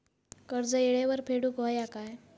कर्ज येळेवर फेडूक होया काय?